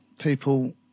people